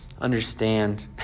understand